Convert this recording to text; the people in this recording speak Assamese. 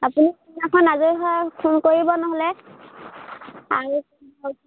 আপুনি কোনদিনাখন আজৰি হয় ফোন কৰিব নহ'লে